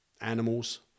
animals